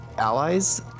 allies